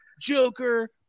Joker